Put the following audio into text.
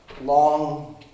Long